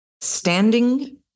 standing